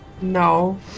no